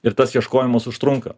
ir tas ieškojimas užtrunka